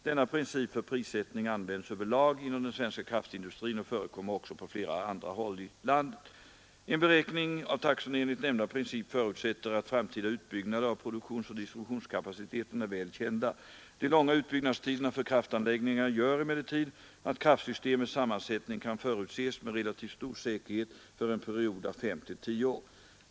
Denna princip för prissättning används över lag inom den svenska kraftindustrin och förekommer också på flera håll i utlandet. En beräkning av taxorna enligt nämnda princip förutsätter att framtida utbyggnader av produktionsoch distributionskapaciteten är väl kända. De långa utbyggnadstiderna för kraftanläggningar gör emellertid att kraftsystemets sammansättning kan förutses med relativt stor säkerhet för en period av fem till tio år.